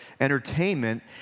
entertainment